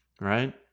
right